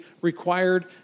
required